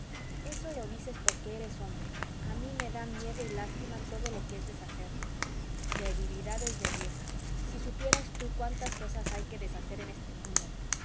eso lo dices porque eres hombre a mí me da miedo y lástima todo lo que es deshacer debilidades de vieja si supieras tú cuántas cosas hay que deshacer en este mundo